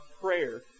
prayer